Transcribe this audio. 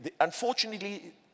Unfortunately